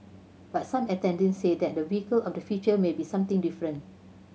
but some attendees said that the vehicle of the future may be something different